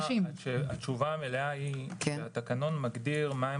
התשובה המלאה היא שהתקנון מגדיר מה הם